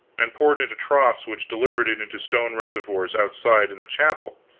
and poured into troughs which delivered it into stone reservoirs outside in the chapel